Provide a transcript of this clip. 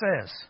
says